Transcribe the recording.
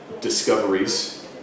discoveries